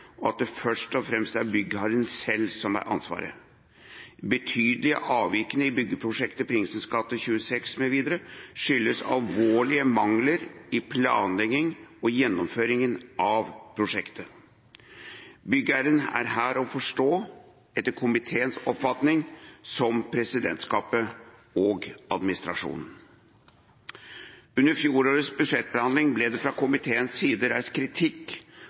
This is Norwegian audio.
og at det først og fremst er byggherren selv som har ansvaret. De betydelige avvikene i byggeprosjektet Prinsens gate 26 mv. skyldes alvorlige mangler i planleggingen og gjennomføringen av prosjektet.» Byggherren er her å forstå, etter komiteens oppfatning, som presidentskapet og administrasjonen. Under fjorårets budsjettbehandling ble det fra komiteens side reist kritikk